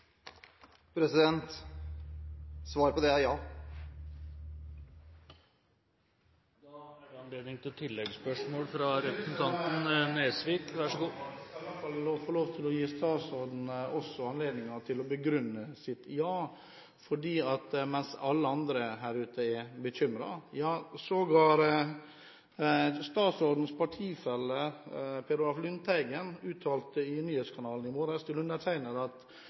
Svaret på det er ja. Det synes jeg var interessant. Jeg skal bare få lov til å gi statsråden anledning til også å begrunne sitt ja, for alle andre ute er bekymret. Statsrådens partifelle Per Olaf Lundteigen uttalte i Nyhetskanalen i